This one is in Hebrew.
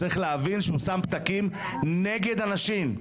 צריך להבין שהוא שם פתקים נגד הנשים,